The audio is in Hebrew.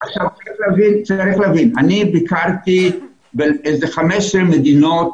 אני ביקרתי בכ-15 מדינות